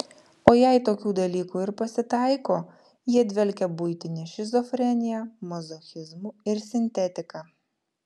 o jei tokių dalykų ir pasitaiko jie dvelkia buitine šizofrenija mazochizmu ir sintetika